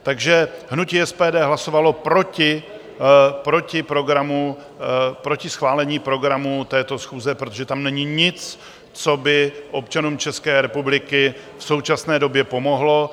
Takže hnutí SPD hlasovalo proti programu, proti schválení programu této schůze, protože tam není nic, co by občanům České republiky v současné době pomohlo.